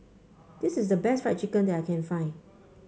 this is the best Fried Chicken that I can find